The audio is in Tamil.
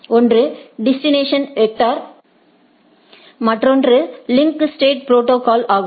ஒன்று டிஸ்டன்ஸ் வெக்டர் மற்றொன்று லிங்க் ஸ்டேட் ப்ரோடோகால் ஆகும்